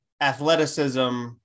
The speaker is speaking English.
athleticism